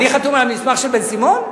אני חתום על המסמך של בן-סימון?